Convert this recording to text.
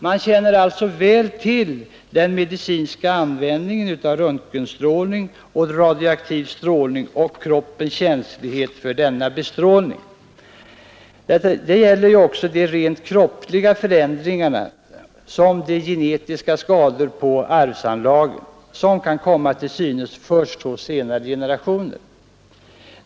Man känner alltså väl till den medicinska användningen av röntgenstrålning och radioaktiv strålning och kroppens känslighet för denna bestrålning. Detta gäller också de rent kroppsliga förändringarna, t.ex. de genetiska skadorna på arvsanlagen, som kan komma till synes först hos senare generationer.